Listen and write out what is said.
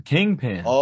Kingpin